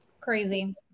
Crazy